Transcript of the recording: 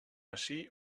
ací